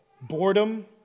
boredom